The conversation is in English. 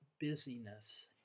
busyness